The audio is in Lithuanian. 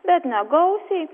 bet negausiai